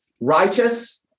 righteous